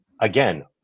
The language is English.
again